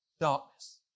darkness